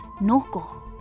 Noko